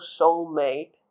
soulmate